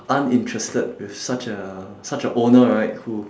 uninterested with such a such a owner right who